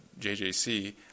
JJC